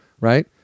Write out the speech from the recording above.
right